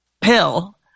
Pill